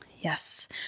Yes